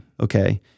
Okay